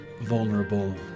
vulnerable